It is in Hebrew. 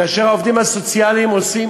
כאשר העובדים הסוציאליים עושים